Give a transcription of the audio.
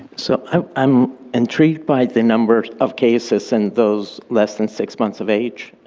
so, i'm intrigued by the number of cases in those less than six months of age.